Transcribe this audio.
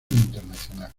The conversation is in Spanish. internacional